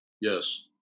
Yes